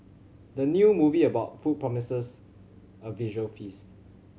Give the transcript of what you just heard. the new movie about food promises a visual feast